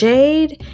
Jade